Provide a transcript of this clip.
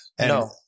no